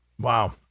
Wow